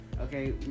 okay